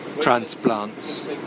transplants